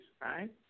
right